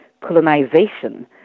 colonization